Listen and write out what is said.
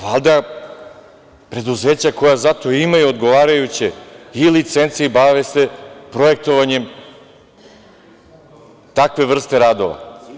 Valjda preduzeća koja za to imaju odgovarajuće i licence i bave se projektovanjem takve vrste radova.